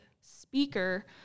speaker